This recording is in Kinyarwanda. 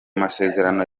masezerano